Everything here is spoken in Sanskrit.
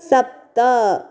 सप्त